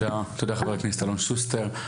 תודה, חבר הכנסת אלון שוסטר.